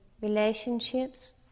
relationships